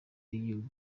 y’igihugu